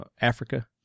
Africa